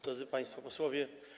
Drodzy Państwo Posłowie!